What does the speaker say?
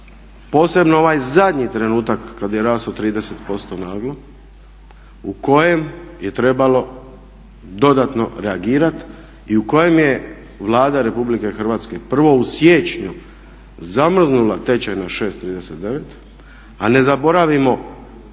posebno ovaj zadnji trenutak kad je rastao 30% naglo u kojem je trebalo dodatno reagirati i u kojem je Vlada Republike Hrvatske prvo u siječnju zamrznula tečaj na 6,39 a ne zaboravimo 3,23